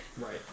right